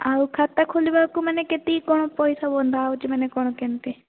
ଆଉ ଖାତା ଖୋଲିବାକୁ ମାନେ କେତିକି କ'ଣ ପଇସା ବନ୍ଧା ହେଉଛି ମାନେ କ'ଣ କେମିତି